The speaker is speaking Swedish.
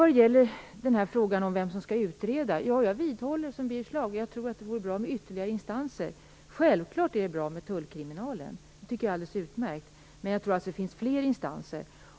Vad gäller frågan om vem som skall utreda vidhåller jag, liksom Birger Schlaug, att det vore bra med ytterligare instanser. Det är självklart alldeles utmärkt med tullkriminalen, men det finns flera instanser.